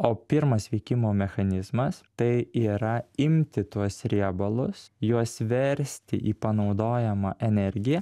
o pirmas veikimo mechanizmas tai yra imti tuos riebalus juos versti į panaudojamą energiją